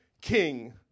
king